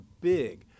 big